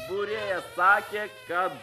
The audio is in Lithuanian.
būrėja sakė kad